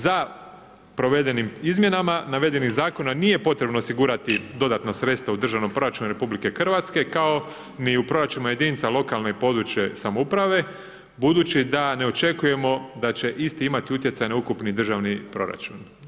Za provedenim izmjenama navedeni zakona, nije potrebno osigurati dodatna sredstva u državnom proračunu RH, kao ni u proračunima jedinicama lokalne i područne samouprave budući da ne očekujemo da će isti imati utjecaj na ukupni državni proračun.